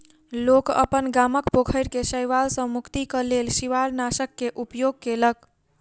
लोक अपन गामक पोखैर के शैवाल सॅ मुक्तिक लेल शिवालनाशक के उपयोग केलक